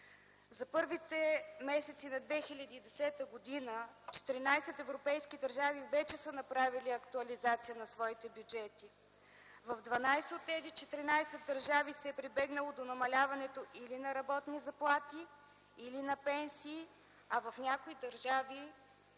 За първите месеци на 2010 г. 14 европейски държави вече са направили актуализация на своите бюджети. В 12 от тези 14 държави се е прибягнало до намаляването или на работни заплати, или на пенсии, а в някои държави